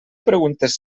preguntes